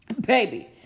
baby